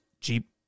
Jeep